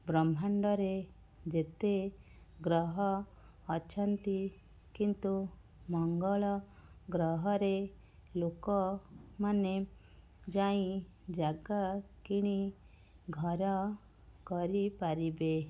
ବ୍ରହ୍ମାଣ୍ଡରେ ଯେତେ ଗ୍ରହ ଅଛନ୍ତି କିନ୍ତୁ ମଙ୍ଗଳଗ୍ରହରେ ଲୋକମାନେ ଯାଇ ଜାଗା କିଣି ଘର କରିପାରିବେ